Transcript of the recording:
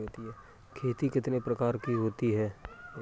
खेती कितने प्रकार की होती है?